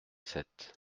sept